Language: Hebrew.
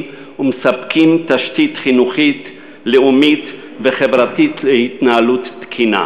ומספקות תשתית חינוכית וחברתית לאומית להתנהלות תקינה.